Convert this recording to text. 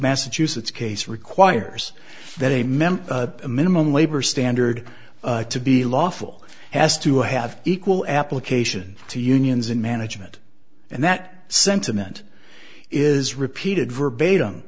massachusetts case requires that a member minimum labor standard to be lawful has to have equal application to unions and management and that sentiment is repeated verbatim